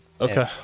okay